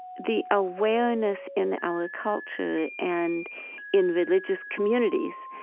the awareness in our culture and in religious communities